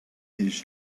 his